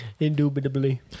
Indubitably